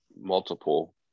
multiple